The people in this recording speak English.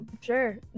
sure